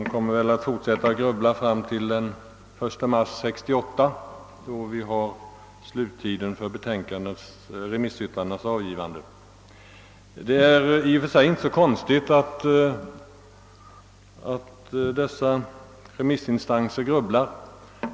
De kommer väl att fortsätta med att grubbla fram till den 1 mars 1968, när tiden för avgivande av remissyttrandena över betänkandet utgår. Det är i och för sig inte så underligt att dessa remissinstanser grubblar.